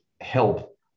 help